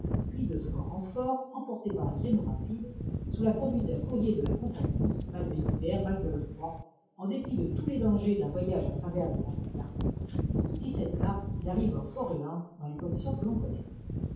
puis de fort en fort emporté par un traîneau rapide sous la conduite d'un courrier de la compagnie malgré l'hiver malgré le froid en dépit de tous les dangers d'un voyage à travers les contrées arctiques le mars il arriva au fort reliance dans les conditions que l'on connaît